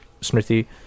smithy